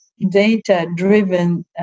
Data-driven